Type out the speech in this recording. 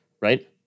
right